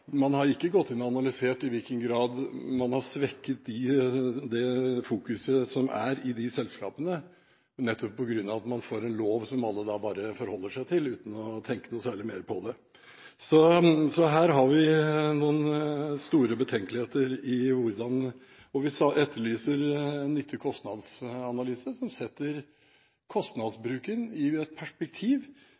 man har ikke gått inn og analysert i hvilken grad man har svekket hvordan disse selskapene fokuserer på samfunnsansvar etter at man har fått en lov som alle forholder seg til uten å tenke noe særlig mer på det. Her har vi noen store betenkeligheter, og vi etterlyser en nytte–kostnads-analyse som setter kostnadsbruken i et perspektiv.